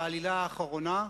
העלילה האחרונה,